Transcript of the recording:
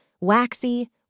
Waxy